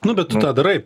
nu bet tu tą darai